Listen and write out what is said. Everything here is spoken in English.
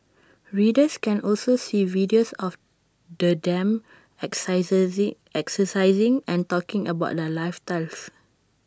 readers can also see videos of the them exercising and talking about their lifestyle